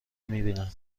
میبینید